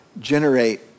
generate